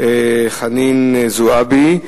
חנין זועבי,